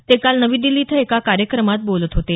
ते काल नवी दिल्ली इथं एका कार्यक्रमात बोलत होते